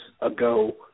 ago